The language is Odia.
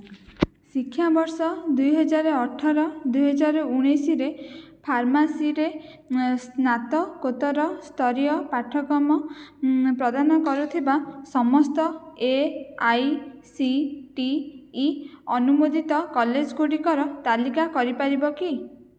ଶିକ୍ଷାବର୍ଷ ଦୁଇ ହଜାର ଅଠର ଦୁଇ ହଜାର ଉଣେଇଶରେ ଫାର୍ମାସିରେ ସ୍ନାତକୋତ୍ତର ସ୍ତରୀୟ ପାଠ୍ୟକ୍ରମ ପ୍ରଦାନ କରୁଥିବା ସମସ୍ତ A I C T E ଅନୁମୋଦିତ କଲେଜ ଗୁଡ଼ିକର ତାଲିକା କରିପାରିବ କି